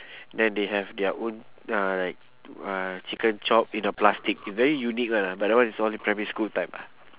then they have their own uh like uh chicken chop in a plastic it's very unique [one] ah but that one is all primary school time ah